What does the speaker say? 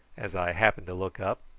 as i happened to look up.